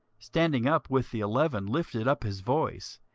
standing up with the eleven, lifted up his voice,